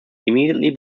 immediately